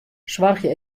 soargje